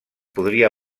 podria